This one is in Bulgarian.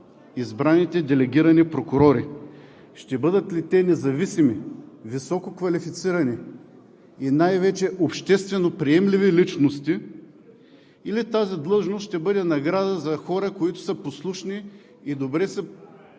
избраните делегирани прокурори; ще бъдат ли те независими, висококвалифицирани и най-вече обществено приемливи личности, или тази длъжност ще бъде награда за хора, които са послушни и добре са